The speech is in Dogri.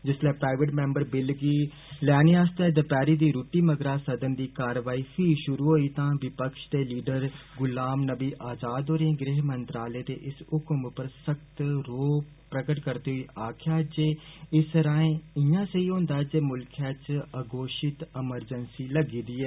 जिसलै प्राईवेट मैम्बर बिल गी लैने आस्ते दपैहरी दी रुट्टी मगरा सदन दी कारवाई फही षुरु होई तां विपक्ष दे लीडर गुलाम नवी आज़ाद होरें गृह मंत्रालय दे इस हुक्म पर सख्त रोह् प्रगट करदे होई आक्खेआ ऐ जे इस राएं इयां सेहेई होन्दा ऐ जे मुल्खै च अघोशित अमरजैन्सी लग्गी दी ऐ